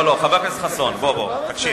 לא, לא, חבר הכנסת חסון, תקשיב.